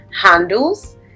handles